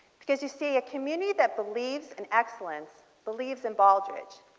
because you see a community that believes in excellence believes in baldrige.